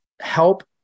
help